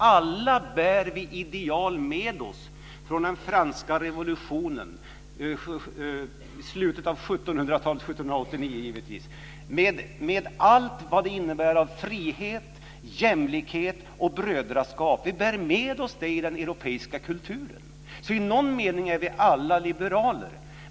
Alla bär vi med oss ideal från den franska revolutionen 1789 med allt vad de innebär av frihet, jämlikhet och brödraskap. Vi bär med oss det i den europeiska kulturen. Så i någon mening är vi alla liberaler.